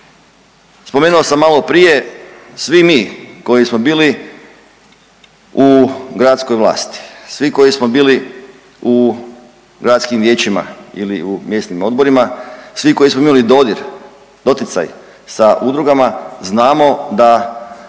Spomenuo sam maloprije, svi mi koji smo bili u gradskoj vlasti, svi koji smo bili u gradskim vijećima ili u mjesnim odborima, svi koji smo imali dodir, doticaj sa udrugama znamo da